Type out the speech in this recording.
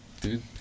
dude